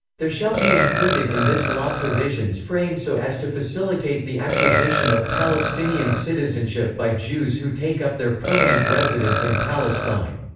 there shall be included in this law provisions framed so as to facilitate the acquisition of palestinian citizenship by jews who take up their permanent residence in palestine.